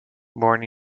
born